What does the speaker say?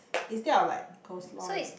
instead of like coleslaw you